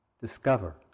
discover